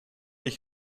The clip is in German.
ich